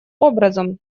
образом